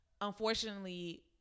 unfortunately